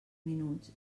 minuts